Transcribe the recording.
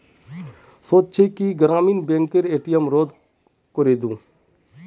सोच छि जे ग्रामीण बैंकेर ए.टी.एम रद्द करवइ दी